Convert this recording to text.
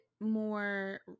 more